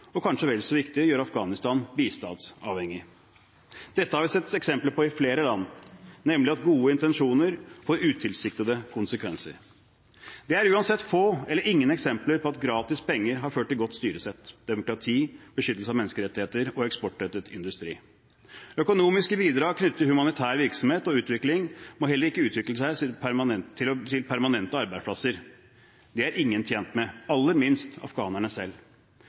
og kanskje vel så viktig, gjøre Afghanistan bistandsavhengig. Dette har vi sett eksempler på i flere land, nemlig at gode intensjoner får utilsiktede konsekvenser. Det er uansett få eller ingen eksempler på at gratis penger har ført til godt styresett, demokrati, beskyttelse av menneskerettigheter og eksportrettet industri. Økonomiske bidrag knyttet til humanitær virksomhet og utvikling må heller ikke utvikle seg til permanente arbeidsplasser. Det er ingen tjent med – aller minst afghanerne selv.